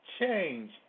Change